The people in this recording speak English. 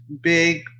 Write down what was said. big